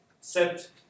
set